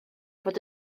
bod